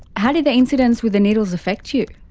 how did the incidents with the needles affect you?